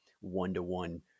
one-to-one